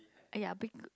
!aiya! big